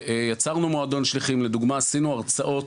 ויצרנו מועדון שליחים לדוגמא, עשינו הרצאות.